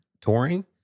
touring